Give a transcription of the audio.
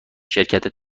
شرکت